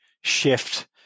shift